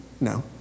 No